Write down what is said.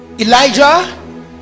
Elijah